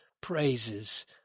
praises